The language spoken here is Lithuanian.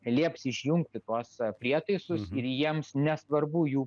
lieps išjungti tuos prietaisus ir jiems nesvarbu jų